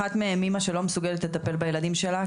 אחת מהם אמא שלא מסוגלת לטפל בילדים שלה,